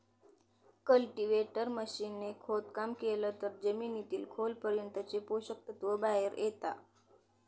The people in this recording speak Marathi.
कल्टीव्हेटर मशीन ने खोदकाम केलं तर जमिनीतील खोल पर्यंतचे पोषक तत्व बाहेर येता